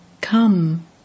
Come